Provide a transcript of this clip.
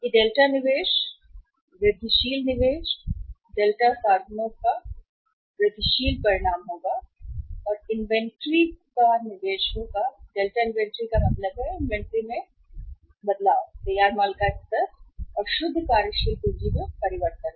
और यह डेल्टा निवेश वृद्धिशील निवेश डेल्टा साधनों का परिणाम होगा वृद्धिशील निवेश होगा इन्वेंट्री का कार्य डेल्टा इन्वेंट्री का मतलब है इन्वेंट्री में बदलाव तैयार माल का स्तर और शुद्ध कार्यशील पूंजी में परिवर्तन